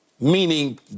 meaning